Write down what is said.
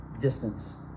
Distance